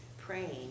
praying